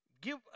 Give